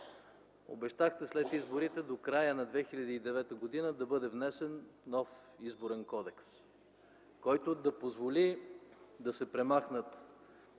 Обещахте след изборите – до края на 2009 г., да бъде внесен нов Изборен кодекс, който да позволи да се премахнат